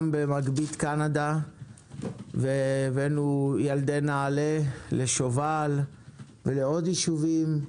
במגבית קנדה והבאנו ילדי נעל"ה לשובל ולעוד ישובים.